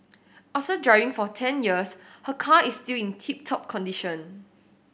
after driving for ten years her car is still in tip top condition